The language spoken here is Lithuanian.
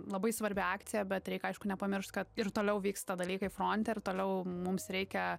labai svarbi akcija bet reikia aišku nepamiršt kad ir toliau vyksta dalykai fronte ir toliau mums reikia